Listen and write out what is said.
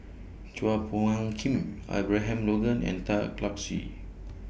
Chua Phung Kim Abraham Logan and Tan Lark Sye